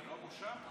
ללא בושה?